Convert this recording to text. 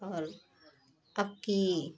और अब की